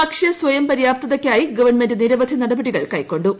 ഭക്ഷ്യസ്വയം പര്യാപ്തതക്കായി ഗവൺമെന്റ് നിരവധി നടപടികൾ കൊക്കൊണ്ടു